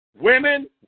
Women